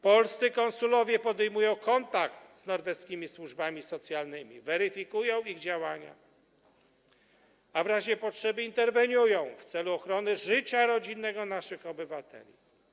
Polscy konsulowie podejmują kontakt z norweskimi służbami socjalnymi, weryfikują ich działania, a w razie potrzeby interweniują w celu ochrony życia rodzinnego naszych obywateli.